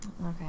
Okay